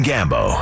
Gambo